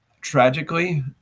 Tragically